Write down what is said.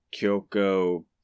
Kyoko